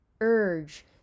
urge